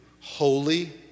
holy